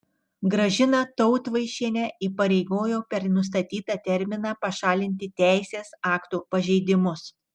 gražiną tautvaišienę įpareigojo per nustatytą terminą pašalinti teisės aktų pažeidimus